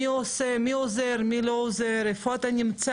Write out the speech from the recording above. מי עוזר, מי לא עוזר, איפה אתה נמצא,